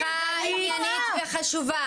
במקום שאנחנו ננהל שיחה עניינית וחשובה,